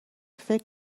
فکر